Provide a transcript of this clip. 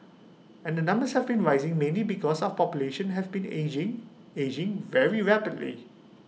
and the numbers have been rising mainly because of population has been ageing ageing very rapidly